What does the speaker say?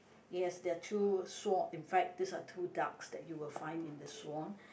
yes there are two swan in fact these are two darks that you will find in the swan